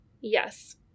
Yes